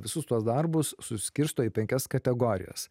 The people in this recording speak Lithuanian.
visus tuos darbus suskirsto į penkias kategorijas